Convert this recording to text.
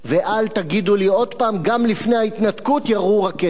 ואל תגידו לי עוד הפעם: גם לפני ההתנתקות ירו רקטות.